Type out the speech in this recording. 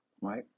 Right